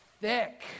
thick